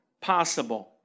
possible